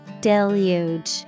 Deluge